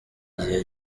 igihe